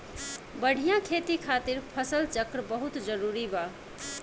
बढ़िया खेती खातिर फसल चक्र बहुत जरुरी बा